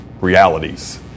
realities